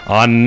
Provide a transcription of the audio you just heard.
on